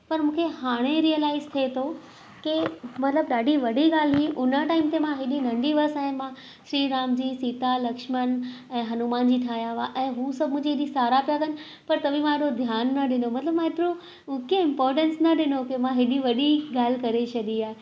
पर मूंखे हाणे रियलाईस थिए थो की ॾाढी वॾी ॻाल्हि हुई उन टाईम ते मां हेॾी नंढी हुअसि ऐं मां श्री राम जी सीता लक्षमण ऐं हनूमान जी ठाहिया हुआ ऐं हू सभु मुंहिंजी एॾी साराह पिया कनि पर त बि मां एॾो ध्यानु न ॾिनो मतिलबु मां एतिरो हू की इंपोर्टन्स न ॾिनो की मां हेॾी वॾी ॻाल्हि करे छॾी